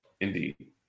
Indeed